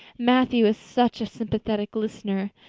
matthew is such a sympathetic listener.